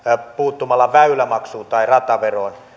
puuttumalla väylämaksuun tai rataveroon